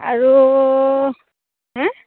আৰু হে